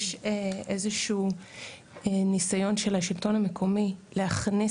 יש איזה שהוא ניסיון של השלטון המקומי להכניס